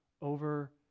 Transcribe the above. over